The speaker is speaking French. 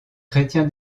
chrétien